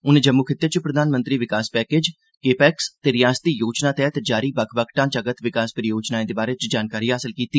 उनें जम्मू खिते च प्रधानमंत्री विकास पैकेज कैपेक्स ते रिआसती योजना तैहत जारी बक्ख बक्ख ढांचागत विकास परियोजनाएं दे बारै च जानकारी हासल कीती